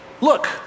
look